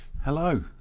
Hello